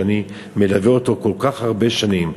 שאני מלווה אותו כל כך הרבה שנים,